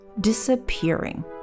disappearing